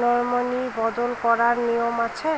Nominee বদল করার নিয়ম আছে?